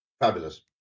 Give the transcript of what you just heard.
Fabulous